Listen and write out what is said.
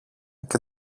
και